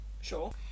Sure